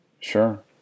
Sure